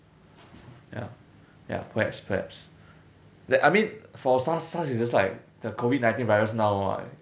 ya ya perhaps perhaps that I mean for SARS SARS is just like the COVID nineteen virus now ah